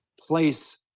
place